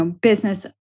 business